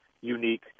unique